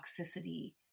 toxicity